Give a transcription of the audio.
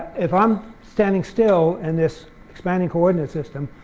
if i'm standing still in this expanding coordinate system,